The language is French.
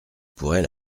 pourrait